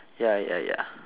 ya ya ya